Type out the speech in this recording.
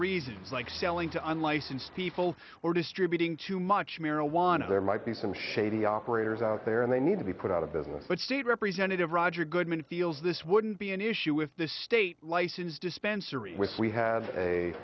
reasons like selling to unlicensed people or distributing too much marijuana there might be some shady operators out there and they need to be put out of business but state representative roger goodman feels this wouldn't be an issue if the state license dispensary w